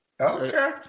Okay